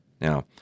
Now